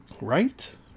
Right